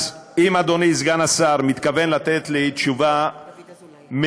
אז אם אדוני סגן השר מתכוון לתת לי תשובה מנומקת